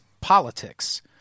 politics